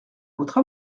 votre